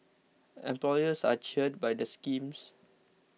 employers are cheered by the schemes